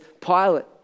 Pilate